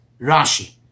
rashi